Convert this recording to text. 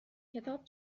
کتاب